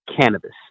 cannabis